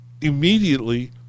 Immediately